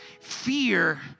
Fear